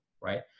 right